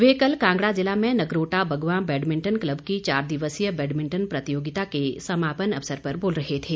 वे कल कांगड़ा जिला में नगरोटा बगवां बैडमिंटन क्लब की चार दिवसीय बैडमिंटन प्रतियोगिता के समापन अवसर पर पर बोल रहे थे